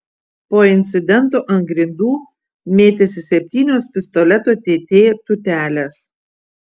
po incidento ant grindų mėtėsi septynios pistoleto tt tūtelės